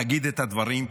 תגיד את הדברים,